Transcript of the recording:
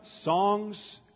songs